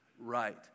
right